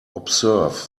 observe